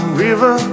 river